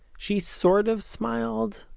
she sort of smiled,